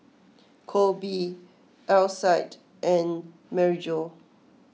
Koby Alcide and Maryjo